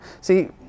See